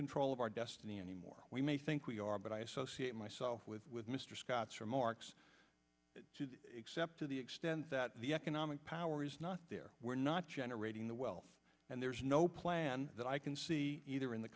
control of our destiny anymore we may think we are but i associate myself with mr scott's remarks except to the extent that the economic power is not there we're not generating the wealth and there's no plan that i can see either in the